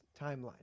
timeline